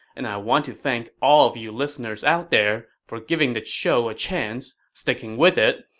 and i want to thank all of you listeners out there for giving the show a chance, sticking with it,